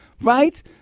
Right